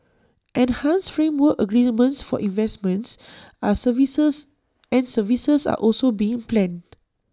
enhanced framework agreements for investments are services and services are also being planned